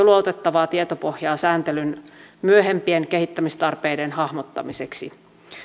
luotettavaa tietopohjaa sääntelyn myöhempien kehittämistarpeiden hahmottamiseksi